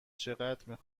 چقدر